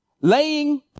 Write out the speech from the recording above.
laying